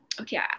Okay